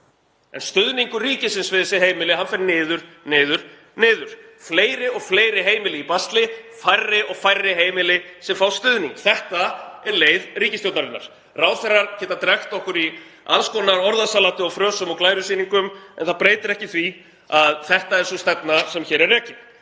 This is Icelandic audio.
en stuðningur ríkisins við þessi heimili fer niður, niður, niður. Fleiri og fleiri heimili í basli, færri og færri heimili sem fá stuðning. Þetta er leið ríkisstjórnarinnar. Ráðherrar geta drekkt okkur í alls konar orðasalati og frösum og glærusýningum en það breytir ekki því að þetta er sú stefna sem hér er rekin.